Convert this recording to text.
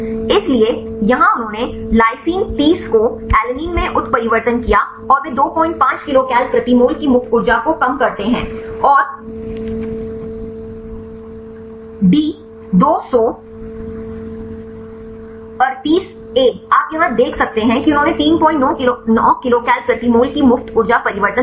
इसलिए यहां उन्होंने लाइसिन 30 को एलैनिन में उत्परिवर्तित किया और वे 25 किलोकल प्रति मोल की मुक्त ऊर्जा को कम करते हैं और D238A आप यहां देख सकते हैं कि उन्होंने 39 किलोकल प्रति मोल की मुफ्त ऊर्जा परिवर्तन दिखाया